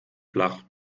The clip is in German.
flach